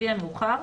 לפי המאוחר,